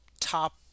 top